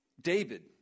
David